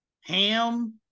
Ham